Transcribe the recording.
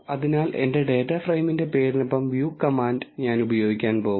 അതിനാൽ എന്റെ ഡാറ്റ ഫ്രെയിമിന്റെ പേരിനൊപ്പം വ്യൂ കമാൻഡ് ഞാൻ ഉപയോഗിക്കാൻ പോകുന്നു